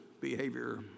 behavior